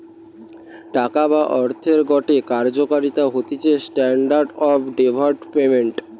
টাকা বা অর্থের গটে কার্যকারিতা হতিছে স্ট্যান্ডার্ড অফ ডেফার্ড পেমেন্ট